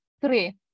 Three